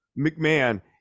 McMahon